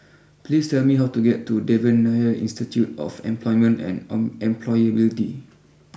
please tell me how to get to Devan Nair Institute of Employment and Employability